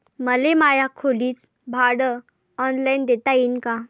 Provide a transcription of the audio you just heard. मले माया खोलीच भाड ऑनलाईन देता येईन का?